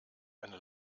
eine